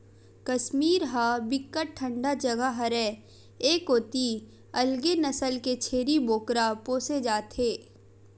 कस्मीर ह बिकट ठंडा जघा हरय ए कोती अलगे नसल के छेरी बोकरा पोसे जाथे